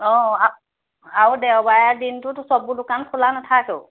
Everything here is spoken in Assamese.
অঁ আৰু দেওবাৰে দিনটোতো চববোৰ দোকান খোলা নাথাকও